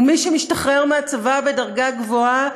ומי שמשתחרר מהצבא בדרגה גבוהה,